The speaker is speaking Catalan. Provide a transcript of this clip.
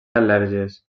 al·lèrgies